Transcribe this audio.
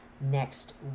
next